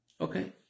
Okay